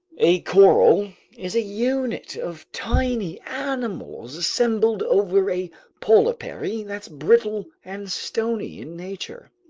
a coral is a unit of tiny animals assembled over a polypary that's brittle and stony in nature.